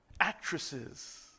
actresses